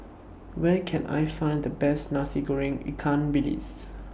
Where Can I Find The Best Nasi Goreng Ikan Bilis